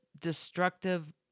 destructive